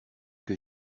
que